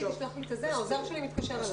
ביקשת --- העוזר שלי מתקשר אליו.